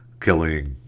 killing